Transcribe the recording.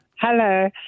Hello